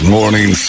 Morning